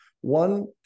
One